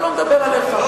אני לא מדבר עליך,